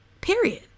period